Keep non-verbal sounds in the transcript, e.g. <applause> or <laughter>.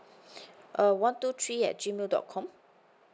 <breath> uh one two three at G mail dot com